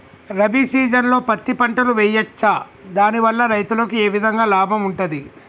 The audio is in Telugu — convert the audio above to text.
రబీ సీజన్లో పత్తి పంటలు వేయచ్చా దాని వల్ల రైతులకు ఏ విధంగా లాభం ఉంటది?